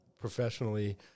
professionally